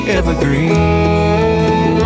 evergreen